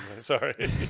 Sorry